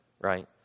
right